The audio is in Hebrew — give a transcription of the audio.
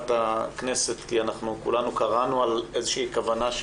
הכנסת כי כולנו קראנו על איזושהי כוונה,